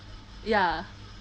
ya